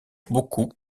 beaucoup